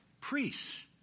priests